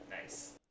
Nice